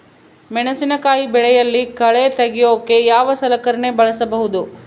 ಮೆಣಸಿನಕಾಯಿ ಬೆಳೆಯಲ್ಲಿ ಕಳೆ ತೆಗಿಯೋಕೆ ಯಾವ ಸಲಕರಣೆ ಬಳಸಬಹುದು?